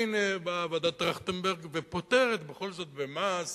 הנה באה ועדת-טרכטנברג ופוטרת בכל זאת ממס